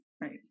Right